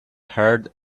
herd